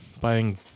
buying